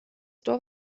dorf